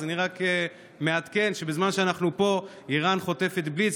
אז אני רק מעדכן שבזמן שאנחנו פה איראן חוטפת בליץ,